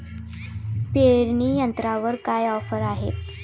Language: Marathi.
पेरणी यंत्रावर काय ऑफर आहे?